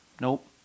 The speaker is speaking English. Nope